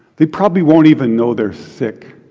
they probably won't even know they're sick.